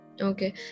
okay